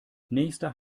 nächster